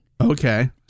okay